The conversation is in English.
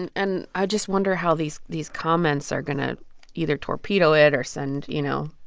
and and i just wonder how these these comments are going to either torpedo it or send you know,